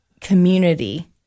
community